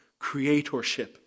creatorship